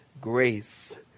grace